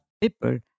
people